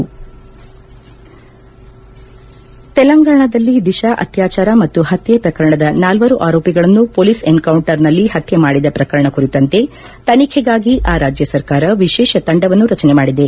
ಸಾಂಪ್ ತೆಲಂಗಾಣದಲ್ಲಿ ದಿಶಾ ಅತ್ಕಾಚಾರ ಮತ್ತು ಹತ್ಯ ಪ್ರಕರಣದ ನಾಲ್ವರು ಆರೋಪಿಗಳನ್ನು ಪೊಲೀಸ್ ಎನ್ಕೌಂಟರ್ನಲ್ಲಿ ಹತ್ಯೆ ಮಾಡಿದ ಪ್ರಕರಣ ಕುರಿತಂತೆ ತನಿಖೆಗಾಗಿ ಆ ರಾಜ್ಯ ಸರ್ಕಾರ ವಿಶೇಷ ತಂಡವನ್ನು ರಚನೆ ಮಾಡಿದೆ